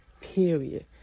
Period